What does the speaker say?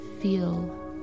feel